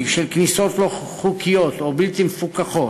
של כניסות לא חוקיות או בלתי מפוקחות,